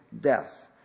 death